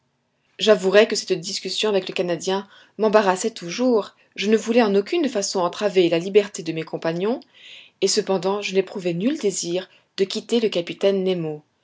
j'avouerai que cette discussion avec le canadien m'embarrassait toujours je ne voulais en aucune façon entraver la liberté de mes compagnons et cependant je n'éprouvais nul désir de quitter le capitaine nemo